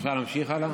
אפשר להמשיך הלאה?